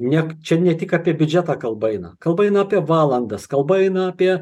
ne čia ne tik apie biudžetą kalba eina kalba eina apie valandas kalba eina apie